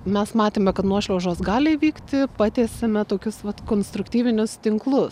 mes matėme kad nuošliaužos gali įvykti patiesėme tokius vat konstruktyvinius tinklus